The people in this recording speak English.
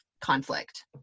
conflict